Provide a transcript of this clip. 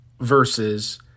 versus